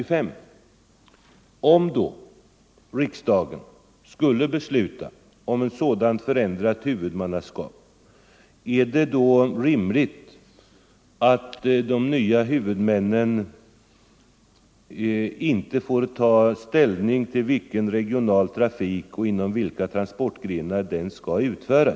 Och om riksdagen då skulle besluta om ett sådant ändrat huvudmannaskap, är det då inte rimligt att de nya huvudmännen också får ta ställning till vilken regional trafik vi skall ha och inom vilka transportgrenar den skall utföras?